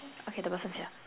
okay the person's here